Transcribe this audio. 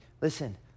Listen